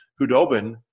Hudobin